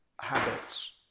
habits